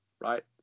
Right